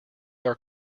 are